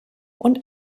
und